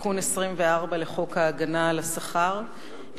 תיקון 24 לחוק ההגנה על השכר,